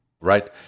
Right